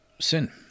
sin